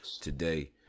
today